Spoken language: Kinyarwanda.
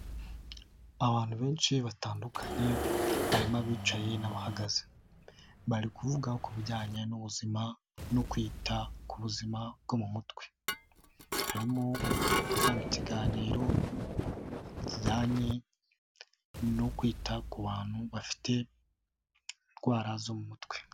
Abantu benshi batandukanye harimo abicaye n'abahagaze, bari kuvuga ku bijyanye n'ubuzima no kwita ku buzima bwo mu mutwe, harimo uwatanga ikiganiro kijyanye no kwita ku bantu bafite indwara zo mu mutwe.